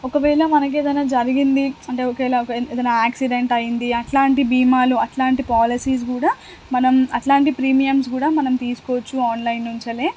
ఒకవేళ మనకి ఏదైనా జరిగింది అంటే ఒకేలా ఏ ఏదైనా యాక్సిడెంట్ అయ్యింది అలాంటి భీమాలు అలాంటి పాలసీస్ కూడా మనం అలాంటి ప్రీమియమ్స్ కూడా మనం తీసుకోవచ్చు ఆన్లైన్ నుంచి